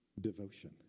devotion